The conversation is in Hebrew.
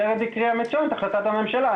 ורד הקריאה מצוין את החלטת הממשלה.